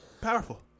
Powerful